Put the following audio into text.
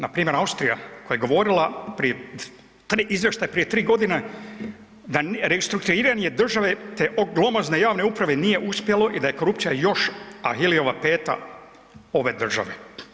Npr. Austrija koja je govorila prije, izvještaj prije 3 godine da, restrukturiranje države, te glomazne javne uprave nije uspjelo i da je korupcija još Ahilijeva peta ove države.